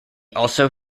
also